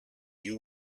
you